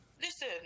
listen